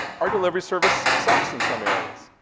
our delivery service sucks in some areas.